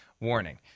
warning